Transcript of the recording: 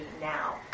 now